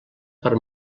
per